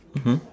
mmhmm